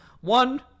one